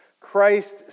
Christ